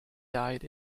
died